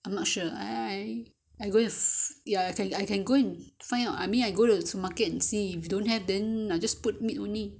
I'm not sure I I I'm I going inv~ ya I can I can go and find your I mean I go to the supermarket and see if don't have then I'll just put meat only